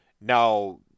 now